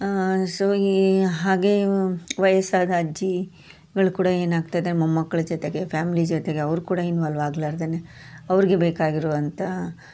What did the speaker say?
so ಈ ಹಾಗೆ ವಯಸ್ಸಾದ ಅಜ್ಜಿಗಳು ಕೂಡ ಏನಾಗ್ತಾ ಇದೆ ಮೊಮ್ಮಕ್ಳ ಜೊತೆಗೆ ಫ್ಯಾಮಿಲಿ ಜೊತೆಗೆ ಅವ್ರು ಕೂಡ ಇನ್ವಾಲ್ ಆಗ್ಲಾರ್ದೆ ಅವ್ರಿಗೆ ಬೇಕಾಗಿರುವಂಥ